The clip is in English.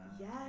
yes